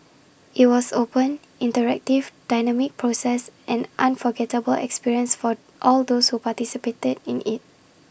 IT was open interactive dynamic process an unforgettable experience for all those who participated in IT